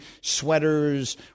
sweaters